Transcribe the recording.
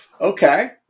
okay